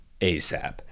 ASAP